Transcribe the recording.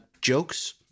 jokes